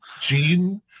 gene